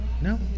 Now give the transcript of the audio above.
No